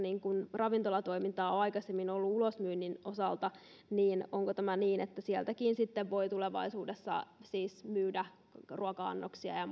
ravintolatoimintaa ulosmyynnin osalta niin onko niin että sieltäkin siis sitten voi tulevaisuudessa myydä ruoka annoksia ja ja